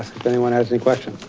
if anyone has any questions.